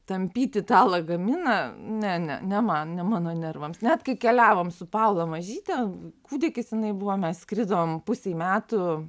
tampyti tą lagaminą ne ne ne man ne mano nervams net kai keliavom su paulo mažyte kūdikis jinai buvo mes skridom pusei metų